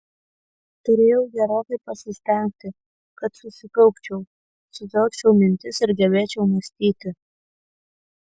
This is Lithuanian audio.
turėjau gerokai pasistengti kad susikaupčiau sutelkčiau mintis ir gebėčiau mąstyti